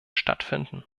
stattfinden